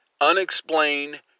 unexplained